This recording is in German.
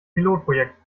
pilotprojekt